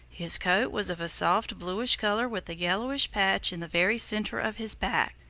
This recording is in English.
his coat was of a soft bluish color with a yellowish patch in the very center of his back.